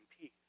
peace